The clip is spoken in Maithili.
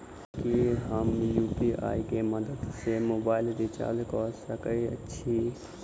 की हम यु.पी.आई केँ मदद सँ मोबाइल रीचार्ज कऽ सकैत छी?